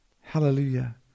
Hallelujah